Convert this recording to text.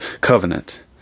covenant